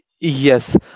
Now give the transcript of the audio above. Yes